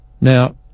Now